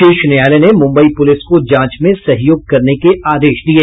शीर्ष न्यायालय ने मुंबई पुलिस को जांच में सहयोग करने के आदेश दिये